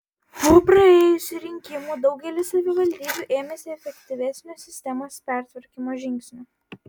po praėjusių rinkimų daugelis savivaldybių ėmėsi efektyvesnio sistemos pertvarkymo žingsnių